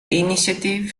initiative